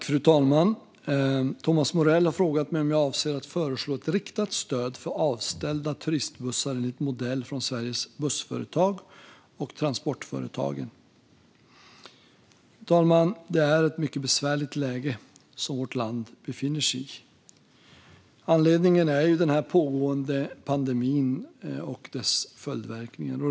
Fru talman! Thomas Morell har frågat mig om jag avser att föreslå ett riktat stöd för avställda turistbussar enligt modell från Sveriges Bussföretag och Transportföretagen. Det är ett mycket besvärligt läge som vårt land befinner sig i med anledning av den pågående pandemin och dess följdverkningar.